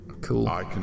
cool